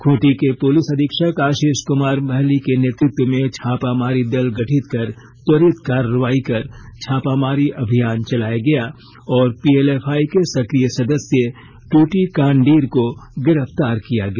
खूंटी के पुलिस अधीक्षक आशीष कुमार महली के नेतृत्व में छापामारी दल गठित कर त्वरित कार्रवाई कर छापामारी अभियान चलाया गया और पीएलएफआई के सक्रिय सदस्य ट्टी कांडीर को गिरफ्तार किया गया